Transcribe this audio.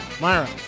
Myra